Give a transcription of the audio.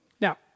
Now